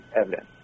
evidence